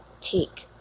take